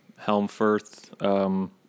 Helmfirth